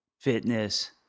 fitness